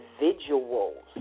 individuals